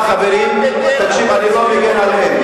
אני לא מגן עליהם.